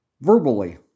verbally